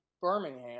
Birmingham